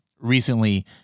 recently